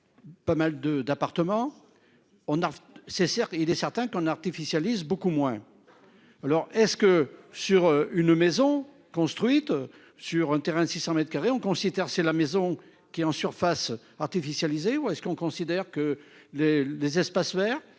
On a, c'est certain. Il est certain qu'on artificialiser beaucoup moins. Alors est-ce que sur une maison construite sur un terrain de 600 m2. On considère, c'est la maison qui en surfaces artificialisées ou est-ce qu'on considère que les les espaces verts,